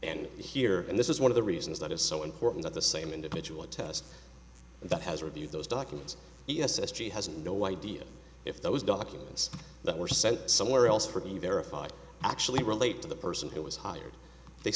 and here and this is one of the reasons that is so important at the same individual attest that has reviewed those documents the s s g has no idea if those documents that were sent somewhere else for either a fight actually relate to the person who was hired they